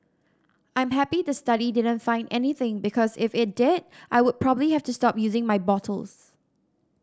I'm happy the study didn't find anything because if it did I would probably have to stop using my bottles